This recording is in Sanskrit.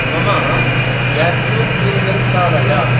मम वेक्यूम् क्लीनर् चालय